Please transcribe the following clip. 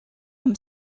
them